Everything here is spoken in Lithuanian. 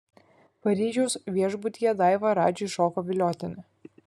paryžiaus viešbutyje daiva radžiui šoko viliotinį